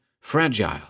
fragile